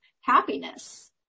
happiness